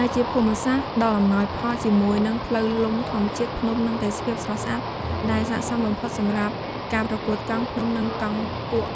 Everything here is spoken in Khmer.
ដែលជាភូមិសាស្ត្រដ៏អំណោយផលជាមួយនឹងផ្លូវលំធម្មជាតិ ភ្នំ និងទេសភាពស្រស់ស្អាត ដែលស័ក្តិសមបំផុតសម្រាប់ការប្រកួតកង់ភ្នំ និងកង់គួក។